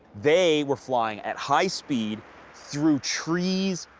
they were flying at high speed through trees,